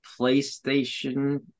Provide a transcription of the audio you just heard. PlayStation